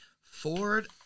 Ford